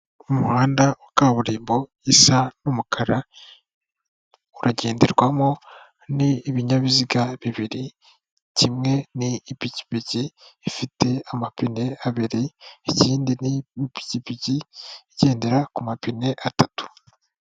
Umuhanda wa kaburimbo isa n'umukara, uragenderwamo n'ibinyabiziga bibiri, kimwe n'ipikipiki ifite amapine abiri, ikindi n'ipipiki igendera ku mapine atatu.